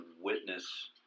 witness